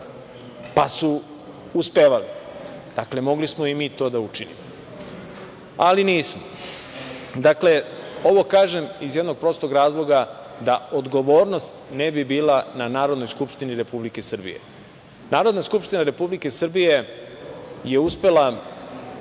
pa su uspevali. Dakle, mogli smo i mi to da učinimo, ali nismo. Ovo kažem iz jednog prostog razloga, da odgovornost ne bi bila na Narodnoj skupštini Republike Srbije. Narodna skupština Republike Srbije je uspela